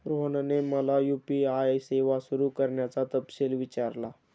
रोहनने मला यू.पी.आय सेवा सुरू करण्याचा तपशील विचारला